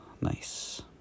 Nice